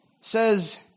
says